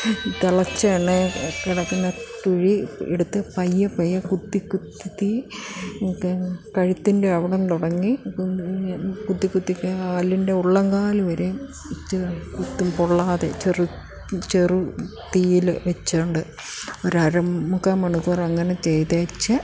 തിളച്ച എണ്ണയിൽ കിടക്കുന്ന കിഴി എടുത്ത് പയ്യെ പയ്യെ കുത്തി കുത്തി കഴുത്തിൻ്റെ അവിടം തുടങ്ങി കുത്തി കുത്തി കാലിൻ്റെ ഉള്ളങ്കാല് വരെ പൊള്ളാതെ ചെറു തീയിൽ വച്ചു കൊണ്ട് ഒരു അര മുക്കാൽ മണിക്കൂർ അങ്ങനെ ചെയ്തു